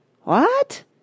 What